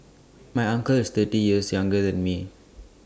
my uncle is thirty years younger than me